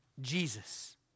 Jesus